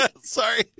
Sorry